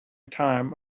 time